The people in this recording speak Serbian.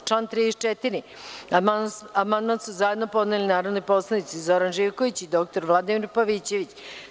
Na član 34. amandman su zajedno podneli narodni poslanici Zoran Živković i dr Vladimir Pavićević.